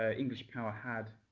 ah english power had,